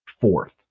fourth